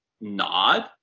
nod